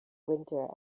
winter